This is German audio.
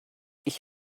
ich